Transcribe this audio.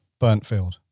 Burntfield